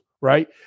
right